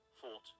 fought